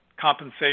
compensation